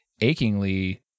achingly